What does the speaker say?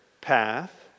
path